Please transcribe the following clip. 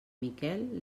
miquel